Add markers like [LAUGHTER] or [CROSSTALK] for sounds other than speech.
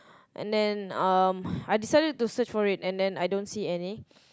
and then um [BREATH] I decided to search for it and then I don't see any